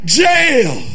jail